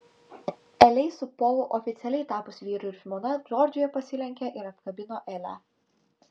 elei su polu oficialiai tapus vyru ir žmona džordžija pasilenkė ir apkabino elę